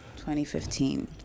2015